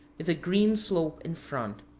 with a green slope in front.